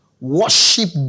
Worship